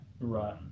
Right